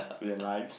to their lives